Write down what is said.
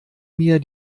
mir